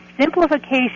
simplification